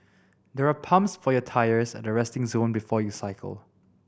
there are pumps for your tyres at the resting zone before you cycle